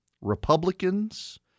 Republicans